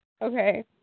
Okay